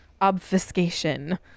obfuscation